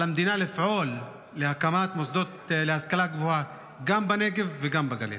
על המדינה לפעול להקמת מוסדות להשכלה גבוהה גם בנגב וגם בגליל.